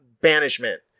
banishment